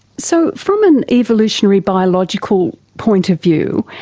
so from an evolutionary, biological point of view,